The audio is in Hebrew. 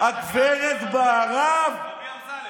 הגב' בהרב?